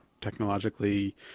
technologically